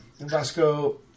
Vasco